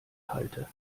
halte